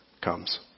comes